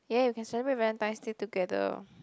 yay we can celebrate Valentine's Day together